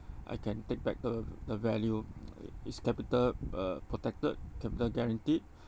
I can take back the the value i~ it's capital uh protected capital guaranteed